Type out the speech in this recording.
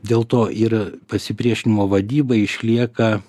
dėl to ir pasipriešinimo vadyba išlieka